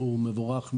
היא מבורכת מאוד.